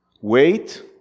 wait